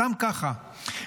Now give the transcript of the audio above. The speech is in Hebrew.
סתם ככה,